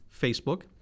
Facebook